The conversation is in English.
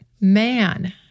Man